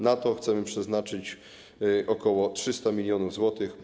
Na to chcemy przeznaczyć ok. 300 mln zł.